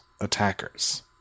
attackers